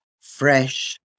fresh